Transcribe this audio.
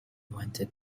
wanted